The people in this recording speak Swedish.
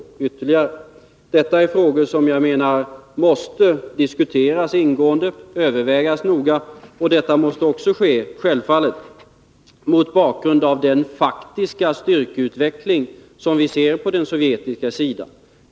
Detta är frågor som jag menar måste diskuteras ingående och övervägas noga. Det måste självfallet också ske mot bakgrund av den faktiska styrkeutveckling som vi ser på den sovjetiska sidan.